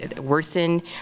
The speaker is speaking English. worsen